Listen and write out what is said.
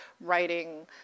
writing